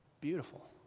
beautiful